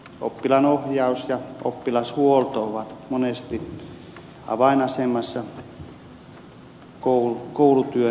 oppilaanohjaus ja oppilashuolto ovat monesti avainasemassa koulutyön sujumisessa